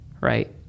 right